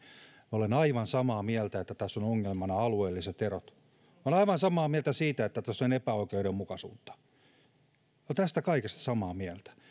olen aivan samaa mieltä siitä että tässä ovat ongelmana alueelliset erot olen aivan samaa mieltä siitä että tässä on epäoikeudenmukaisuutta olen tästä kaikesta samaa mieltä